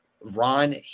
Ron